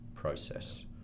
process